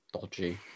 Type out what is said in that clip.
Dodgy